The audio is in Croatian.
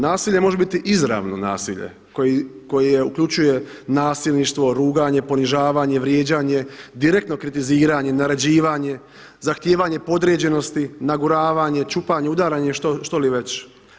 Nasilje može biti izravno nasilje koje uključuje nasilništvo, ruganje, ponižavanje, vrijeđanje, direktno kritiziranje, naređivanje, zahtijevanje podređenosti, naguravanje, čupanje, udaranje što li već.